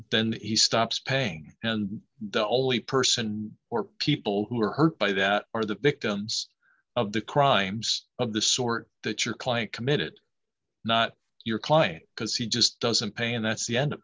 then he stops paying and the only person or people who are hurt by that are the victims of the crimes of the sort that your client committed not your client because he just doesn't pay and that's the end